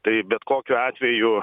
tai bet kokiu atveju